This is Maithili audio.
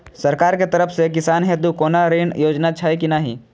सरकार के तरफ से किसान हेतू कोना ऋण योजना छै कि नहिं?